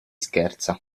scherza